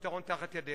הפתרון תחת ידך.